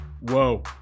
Whoa